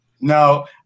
No